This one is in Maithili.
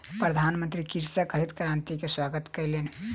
प्रधानमंत्री कृषकक हरित क्रांति के स्वागत कयलैन